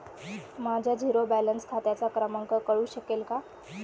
माझ्या zero balance खात्याचा क्रमांक कळू शकेल का?